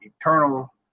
eternal